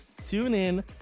TuneIn